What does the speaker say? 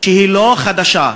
שהיא לא חדשה.